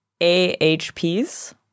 AHPs